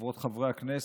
חברות וחברי הכנסת,